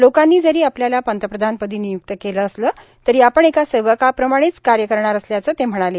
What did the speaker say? लोकांनी जरी आपल्याला पंतप्रधान पदी निय्क्त केलं असलं तरी आपण एका सेवकाप्रमाणेच कार्य करणार असल्याचं ते म्हणाले